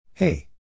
Hey